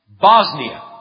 Bosnia